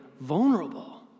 vulnerable